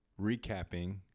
recapping